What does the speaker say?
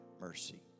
Mercy